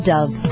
Dove